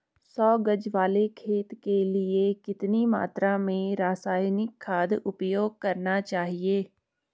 सौ गज वाले खेत के लिए कितनी मात्रा में रासायनिक खाद उपयोग करना चाहिए?